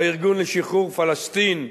הארגון לשחרור פלסטין,